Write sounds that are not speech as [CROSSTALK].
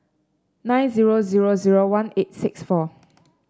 nine zero zero zero one eight six four [NOISE]